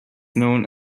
known